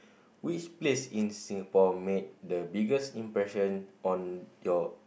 which place in Singapore made the biggest impression on your